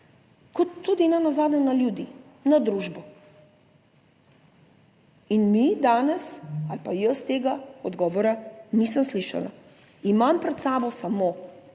kot tudi nenazadnje na ljudi, na družbo. In mi danes ali pa jaz tega odgovora nisem slišala, imam pred sabo samo